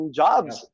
jobs